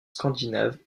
scandinaves